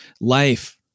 life